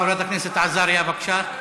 חברת הכנסת עזריה, בבקשה.